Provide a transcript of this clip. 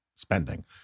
spending